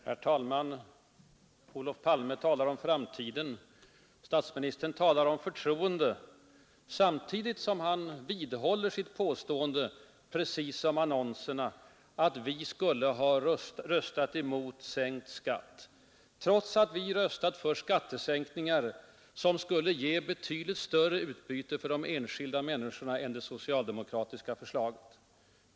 Herr talman! Olof Palme talar om framtiden. Statsministern talar om förtroende. Samtidigt vidhåller han sitt påstående, precis som annonserna, att vi skulle ha ”röstat mot sänkt skatt”, trots att han vet att vi röstat för skattesänkningar som skulle ge betydligt större utbyte för de enskilda människorna än det socialdemokratiska förslaget.